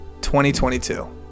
2022